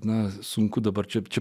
na sunku dabar čia čia